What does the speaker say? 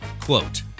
quote